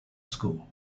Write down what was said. school